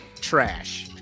Trash